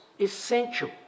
essential